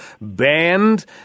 banned